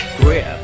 grip